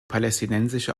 palästinensische